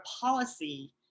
policy